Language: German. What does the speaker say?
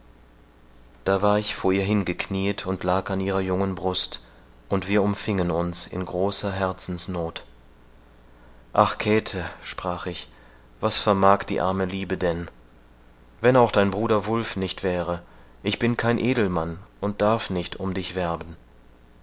da war ich vor ihr hingeknieet und lag an ihrer jungen brust und wir umfingen uns in großer herzensnoth ach käthe sprach ich was vermag die arme liebe denn wenn auch dein bruder wulf nicht wäre ich bin kein edelmann und darf nicht um dich werben